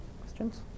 Questions